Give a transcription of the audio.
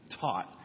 taught